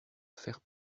faire